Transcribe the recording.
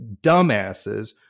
dumbasses